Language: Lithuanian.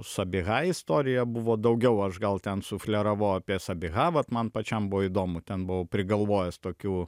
sabiha istorija buvo daugiau aš gal ten sufleravau apie sabiha vat man pačiam buvo įdomu ten buvau prigalvojęs tokių